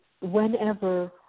whenever